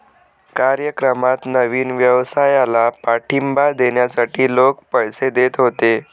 कार्यक्रमात नवीन व्यवसायाला पाठिंबा देण्यासाठी लोक पैसे देत होते